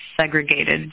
segregated